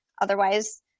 otherwise